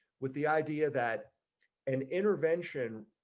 with the idea that and intervention.